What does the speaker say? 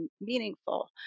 meaningful